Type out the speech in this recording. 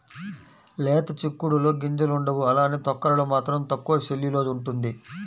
లేత చిక్కుడులో గింజలుండవు అలానే తొక్కలలో మాత్రం తక్కువ సెల్యులోస్ ఉంటుంది